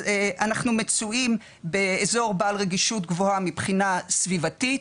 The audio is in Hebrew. אז אנחנו מצוים באזור בעל רגישות גבוהה מבחינה סביבתית.